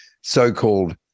so-called